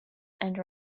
and